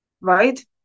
right